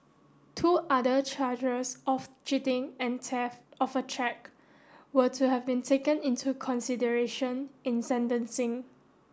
two other charges of cheating and theft of a cheque were to have been taken into consideration in sentencing